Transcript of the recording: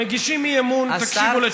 מגישים אי-אמון, תקשיבו לתשובות.